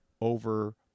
over